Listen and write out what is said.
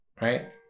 right